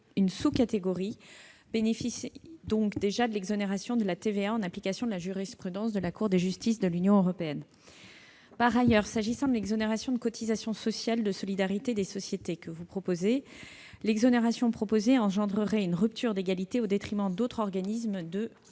une sous-catégorie, bénéficie déjà de l'exonération de la TVA, en application de la jurisprudence de la Cour de justice de l'Union européenne. En outre, l'exonération de contribution sociale de solidarité des sociétés que vous proposez engendrerait une rupture d'égalité au détriment d'autres organismes de financement.